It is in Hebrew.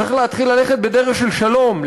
צריך להתחיל ללכת בדרך של שלום,